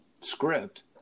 script